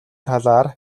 талаар